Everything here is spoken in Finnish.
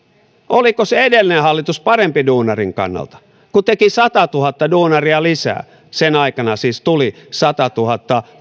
oliko se edellinen hallitus parempi duunarin kannalta kun teki satatuhatta työtöntä duunaria lisää sen aikana siis tuli satatuhatta